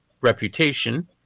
reputation